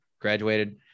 graduated